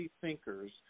thinkers